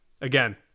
again